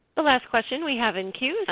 the last question we have in queue,